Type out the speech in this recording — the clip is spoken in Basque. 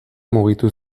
mugitu